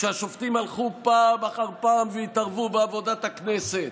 כשהשופטים הלכו פעם אחר פעם והתערבו בעבודת הכנסת,